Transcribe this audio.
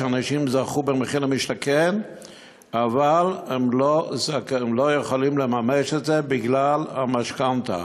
שאנשים זכו במחיר למשתכן אבל הם לא יכולים לממש את זה בגלל המשכנתה,